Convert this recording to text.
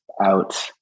out